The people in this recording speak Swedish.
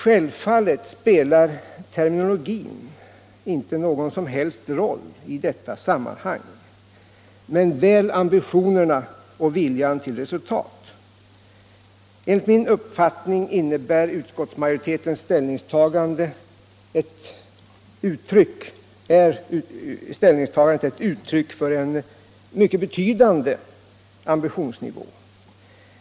Självfallet spelar terminologin inte någon som helst roll i detta sammanhang, men väl ambitionerna och viljan till resultat. Enligt min uppfattning är utskottsmajoritetens ställningstagande ett uttryck för en mycket hög ambitionsnivå.